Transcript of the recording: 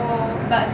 orh